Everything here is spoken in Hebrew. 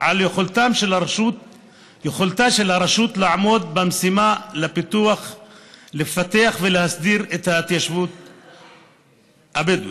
על יכולתה של הרשות לעמוד במשימה לפתח ולהסדיר את ההתיישבות הבדואית.